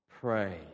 pray